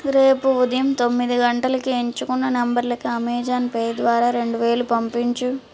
రేపు ఉదయం తొమ్మిది గంటలకి ఎంచుకున్న నంబర్లకి అమెజాన్ పే ద్వారా రెండు వేలు పంపించు